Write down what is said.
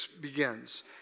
begins